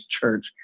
church